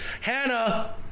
Hannah